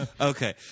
Okay